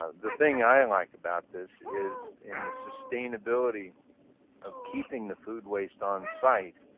ah the thing i like about this is in the sustainability of keeping the food waste on-site,